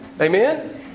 Amen